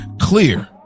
clear